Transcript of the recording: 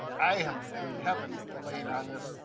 i am in heaven laying on this,